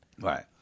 Right